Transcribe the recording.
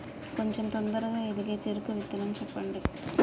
కొంచం తొందరగా ఎదిగే చెరుకు విత్తనం చెప్పండి?